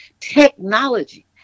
technology